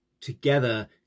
together